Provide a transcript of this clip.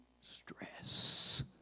stress